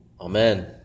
Amen